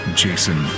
jason